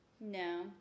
No